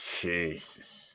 jesus